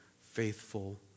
faithful